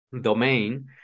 domain